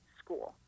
school